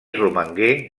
romangué